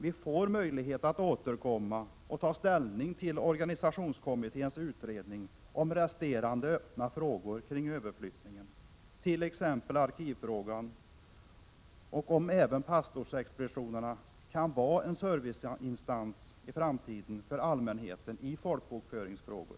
Vi får möjlighet att återkomma och ta ställning till organisationskommitténs utredning om resterande öppna frågor kring överflyttningen, t.ex. arkivfrågan och frågan om huruvida pastorexpeditionerna även i framtiden kan vara en serviceinstans för allmänheten i folkbokföringsfrågor.